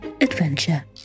adventure